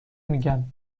میگم